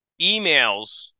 emails